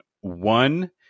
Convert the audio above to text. one